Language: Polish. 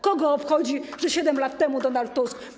Kogo obchodzi, że 7 lat temu Donald Tusk.